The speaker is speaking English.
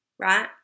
right